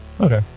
Okay